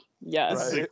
yes